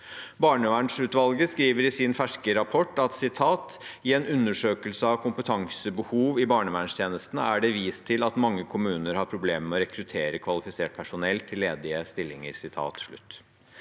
Barnevernsutvalget skriver i sin ferske rapport: «I en undersøkelse av kompetansebehov i barnevernstjenestene er det vist til at mange kommuner har problemer med å rekruttere kvalifisert personell til ledige stillinger.»